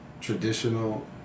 traditional